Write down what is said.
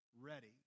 ready